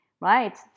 Right